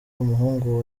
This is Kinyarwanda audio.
umuhungu